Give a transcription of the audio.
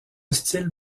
style